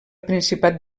principat